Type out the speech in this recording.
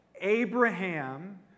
Abraham